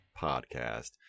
Podcast